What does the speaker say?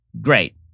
great